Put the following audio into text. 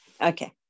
okay